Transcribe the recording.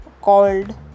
called